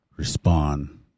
respond